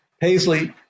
Paisley